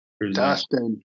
Dustin